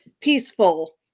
peaceful